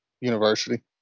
university